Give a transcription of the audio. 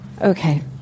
Okay